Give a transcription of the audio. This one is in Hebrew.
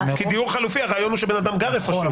כי בדיור חלופי הרעיון הוא שאדם גר איפשהו.